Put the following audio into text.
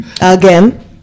Again